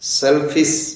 selfish